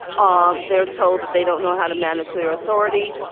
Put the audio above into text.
um they're told that they don't know how to manage their authority.